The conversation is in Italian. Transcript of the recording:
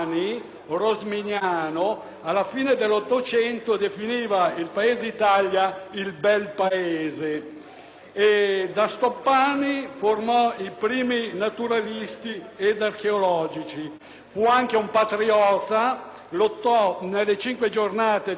Con Stoppani nacquero i primi naturalisti e archeologi; fu anche un patriota: lottò nelle cinque giornate di fianco a Cattaneo e coniò la frase famosa «padroni a casa nostra».